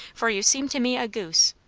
for you seem to me a goose.